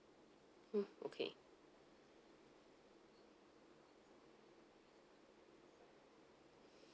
mm okay